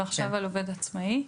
ועכשיו על עובד עצמאי.